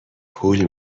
پول